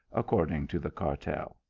accord ing to the cartel.